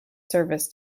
service